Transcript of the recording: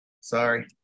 Sorry